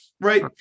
right